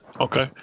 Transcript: Okay